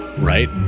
Right